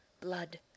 Blood